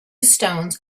stones